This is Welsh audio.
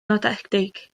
nodedig